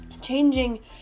changing